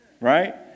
right